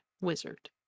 wizard